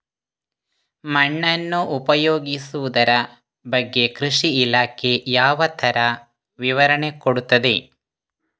ಮಣ್ಣನ್ನು ಉಪಯೋಗಿಸುದರ ಬಗ್ಗೆ ಕೃಷಿ ಇಲಾಖೆ ಯಾವ ತರ ವಿವರಣೆ ಕೊಡುತ್ತದೆ?